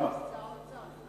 נכנס שר האוצר.